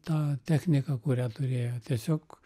tą techniką kurią turėjo tiesiog